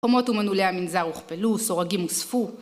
חומות ומנעולי המנזר הוכפלו, סורגים הוספו